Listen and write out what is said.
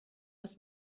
das